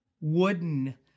wooden